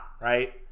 right